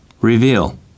Reveal